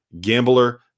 Gambler